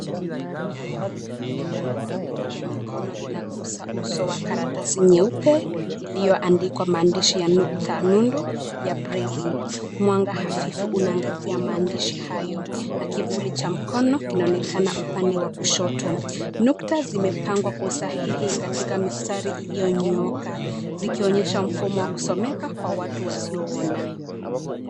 Vidole viwili vya mikono vinagusa uso wa karatasi nyeupe; iliyoandikwa maandishi ya nukta nundu ya breili. Mwanga hafifu unaangazia maandishi hayo na kivuli cha mkono kinaonekana upande wa kushoto. Nukta zimepangwa kwa usahihi katika mistari iliyonyooka; zikionyesha mfumo wa kusomeka kwa watu wasioona.